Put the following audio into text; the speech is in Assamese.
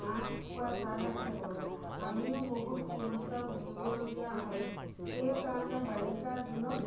হাঁহ কুকুৰাৰা তাঁত ৰাখেগৈ আমিও বহুত সমস্যা ভুগিবলগীয়া হয় সেইকাৰণে বাৰিষা দিনত